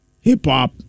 hip-hop